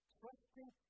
trusting